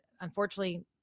unfortunately